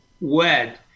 wed